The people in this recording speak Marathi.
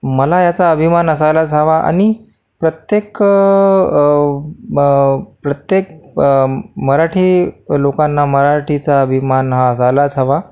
मला याचा अभिमान असायलाच हवा आणि प्रत्येक ब प्रत्येक मराठी लोकांना मराठीचा अभिमान हा असायलाच हवा